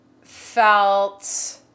felt